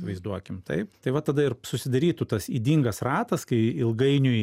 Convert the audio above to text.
vaizduokim taip tai va tada ir susidarytų tas ydingas ratas kai ilgainiui